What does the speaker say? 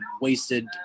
wasted